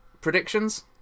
predictions